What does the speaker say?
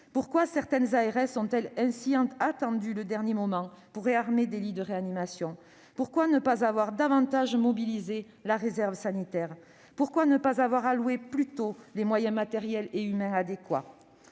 Pourquoi certaines ARS ont-elles ainsi attendu le dernier moment pour réarmer des lits de réanimation ? Pourquoi ne pas avoir davantage mobilisé la réserve sanitaire ? Pourquoi ne pas avoir alloué plus tôt les moyens matériels et humains adéquats ?